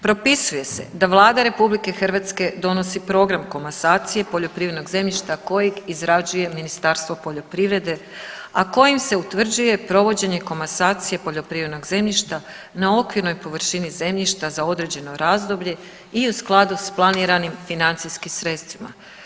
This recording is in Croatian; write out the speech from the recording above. Propisuje se da Vlada Republike Hrvatske donosi program komasacije poljoprivrednog zemljišta koji izrađuje Ministarstvo poljoprivrede, a kojim se utvrđuje provođenje komasacije poljoprivrednog zemljišta na okvirnoj površini zemljišta za određeno razdoblje i u skladu sa planiranim financijskim sredstvima.